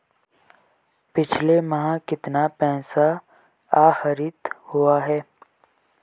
पिछले माह कितना पैसा आहरित हुआ है?